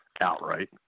outright